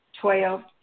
Twelve